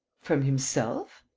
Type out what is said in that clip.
from himself?